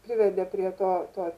privedė prie to to